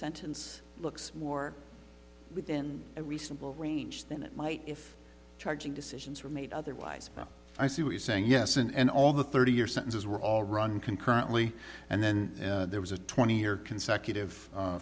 sentence looks war within a reasonable range then it might if charging decisions were made otherwise i see what he's saying yes and all the thirty year sentences were all run concurrently and then there was a twenty year consecutive